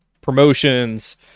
Promotions